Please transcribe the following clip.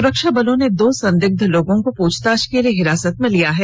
सुरक्षा बलों ने दो संदिग्ध लोगों को पूछताछ के लिए हिरासत में लिया है